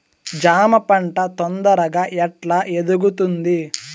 జామ పంట తొందరగా ఎట్లా ఎదుగుతుంది?